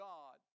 God